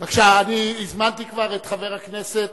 בבקשה, הזמנתי כבר את חברת הכנסת